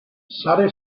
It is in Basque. sare